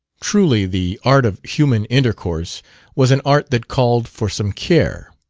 truly, the art of human intercourse was an art that called for some care.